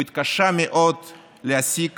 הוא התקשה מאוד להשיג